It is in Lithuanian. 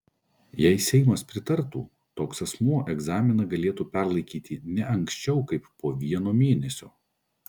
jei seimas pritartų toks asmuo egzaminą galėtų perlaikyti ne anksčiau kaip po vieno mėnesio